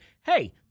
hey